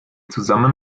zusammen